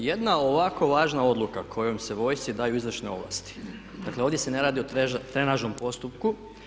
Dakle jedna ovako važna odluka kojom se vojsci daju izvršne ovlasti, dakle ovdje se ne radi o trenažnom postupku.